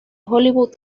hollywood